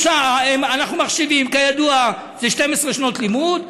אנחנו מחשיבים כידוע 12 שנות לימוד,